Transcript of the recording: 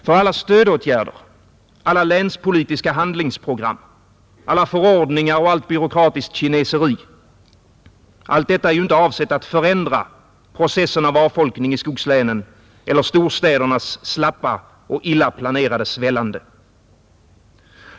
För alla stödåtgärder, alla länspolitiska handlingsprogram, alla förordningar och allt byråkratiskt kineseri — allt detta är ju inte avsett att förändra den obönhörliga processen av avfolkning i skogslänen eller storstädernas slappa och illa planerade svällande.